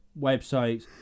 websites